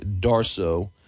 Darso